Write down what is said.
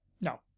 No